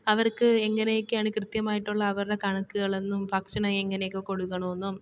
അവർക്ക് എങ്ങനെയൊക്കെയാണ് കൃത്യമായിട്ടുള്ള അവരുടെ കണക്കുകളെന്നും ഭക്ഷണം എങ്ങനെയൊക്കെ കൊടുക്കണമെന്നും